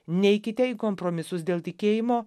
neikite į kompromisus dėl tikėjimo